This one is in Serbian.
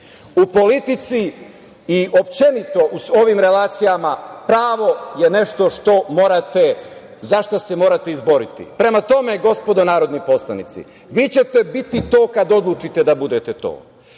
U politici i općenito u ovim relacijama pravo je nešto za šta se morate izboriti. Prema tome, gospodo narodni poslanici, vi ćete biti to kada odlučite da budete to.